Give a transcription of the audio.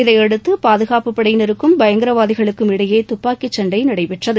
இதையடுத்து பாதுகாப்பு படையினருக்கும் பயங்கரவாதிகளுக்கும் இடையே துப்பாக்கி சண்டை நடந்தது